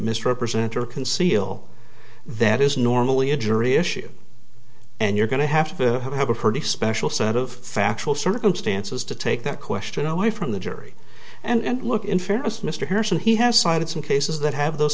misrepresent or conceal that is normally a jury issue and you're going to have to have a pretty special set of factual circumstances to take that question away from the jury and look in fairness mr harrison he has cited some cases that have th